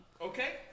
Okay